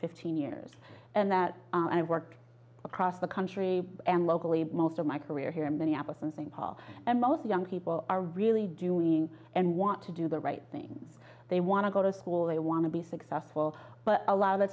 fifteen years and that i work across the country and locally most of my career here in minneapolis and st paul and most young people are really doing and want to do the right things they want to go to school they want to be successful but a lot of